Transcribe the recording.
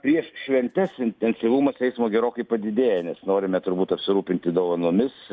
prieš šventes intensyvumas eismo gerokai padidėja nes norime turbūt apsirūpinti dovanomis